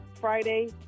Friday